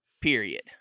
Period